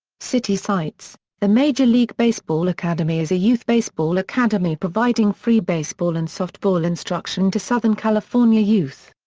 city sites the major league baseball academy is a youth baseball academy providing free baseball and softball instruction to southern california youth.